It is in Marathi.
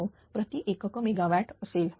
99 प्रति एकक मेगावॅट असेल